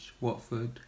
Watford